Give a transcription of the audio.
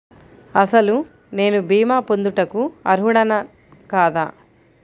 అసలు నేను భీమా పొందుటకు అర్హుడన కాదా?